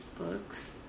Books